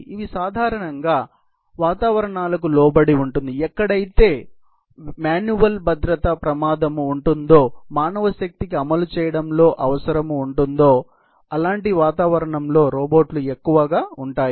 ఇది సాధారణంగా ఆ వాతావరణాలకు లోబడి ఉంటుంది ఎక్కడైతే వ్యక్తిగత భద్రతా ప్రమాదం ఉంటుందో మానవశక్తిని అమలు చేయడంలో అవసరము ఉంటుందో అలాంటి వాతావరణములో రోబోట్లు ఎక్కువ ఉంటాయి